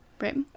Right